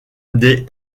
des